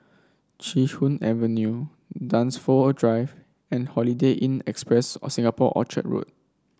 Chee Hoon Avenue Dunsfold Drive and Holiday Inn Express Singapore Orchard Road